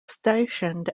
stationed